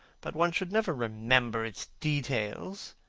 but one should never remember its details.